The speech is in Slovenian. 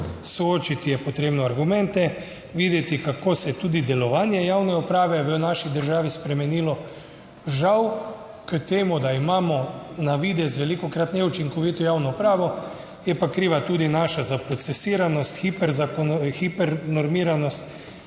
Soočiti je potrebno argumente, videti kako se je tudi delovanje javne uprave v naši državi spremenilo. Žal k temu, da imamo na videz velikokrat neučinkovito javno upravo, je pa kriva tudi naša zaprocesiranost, hipernormiranost,